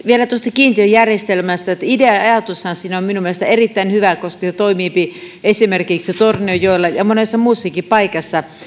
vielä tuosta kiintiöjärjestelmästä idea ja ajatushan siinä on minun mielestäni erittäin hyvä koska se toimiipi esimerkiksi jo tornionjoella ja monessa muussakin paikassa